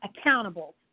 accountable